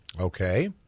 Okay